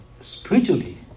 spiritually